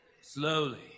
Slowly